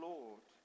Lord